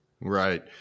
Right